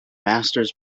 masters